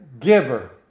Giver